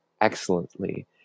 excellently